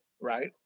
right